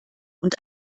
und